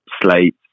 slate